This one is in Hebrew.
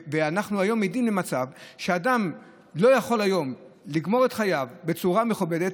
אנחנו היום עדים למצב שאדם לא יכול לגמור את חייו בצורה מכובדת,